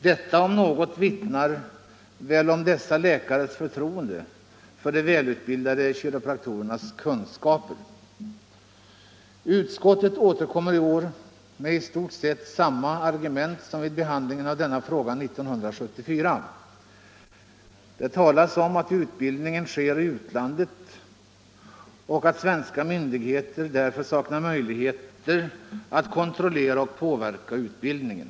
Detta om något vittnar väl om dessa läkares förtroende för de välutbildade kiropraktorernas kunskaper. Utskottet återkommer i år med i stort sett samma argument som vid behandlingen av denna fråga 1974. Det talas om att utbildningen sker i utlandet och att svenska myndigheter därför saknar möjligheter att kontrollera och påverka utbildningen.